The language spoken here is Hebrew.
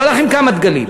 הוא הלך עם כמה דגלים,